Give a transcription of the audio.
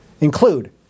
include